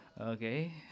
Okay